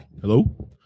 Hello